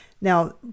Now